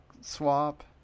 swap